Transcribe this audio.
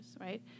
right